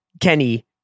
Kenny